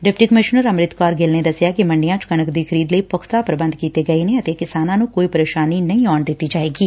deputy commissioner Amrit Kaur Gill ਨੇ ਦਸਿਆ ਕਿ ਮੰਡੀਆਂ ਵਿਚ ਕਣਕ ਦੀ ਖਰੀਦ ਲਈ ਪਖ਼ਤਾ ਪਬੰਧ ਕੀਤੇ ਗਏ ਨੇ ਅਤੇ ਕਿਸਾਨਾਂ ਨੰ ਕੋਈ ਪੇਸ਼ਾਨੀ ਨਹੀਂ ਆੳਣ ਦਿੱਤੀ ਜਾਵੇਗੀ